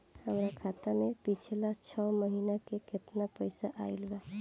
हमरा खाता मे पिछला छह महीना मे केतना पैसा आईल बा?